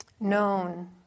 known